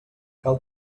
cal